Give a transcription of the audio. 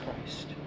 Christ